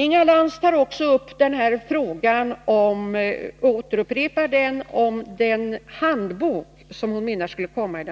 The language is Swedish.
Inga Lantz upprepar också frågan om den handbok om de här problemen som hon menar skall komma ut.